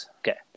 Okay